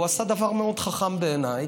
הוא עשה דבר מאוד חכם בעיניי.